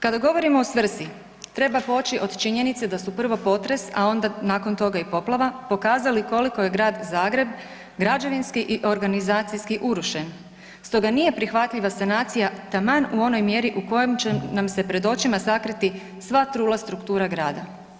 Kada govorimo o svrsi, treba poći od činjenice da su prvo potres a onda nakon toga i poplava, pokazali koliko je grad Zagreb građevinski i organizacijski urušen stoga nije prihvatljiva sanacija taman u onoj mjeri u kojoj će nam se pred očima sakriti sva trula struktura grada.